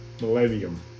millennium